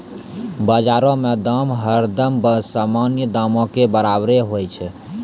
बजारो के दाम हरदम सामान्य दामो के बराबरे होय छै